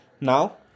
Now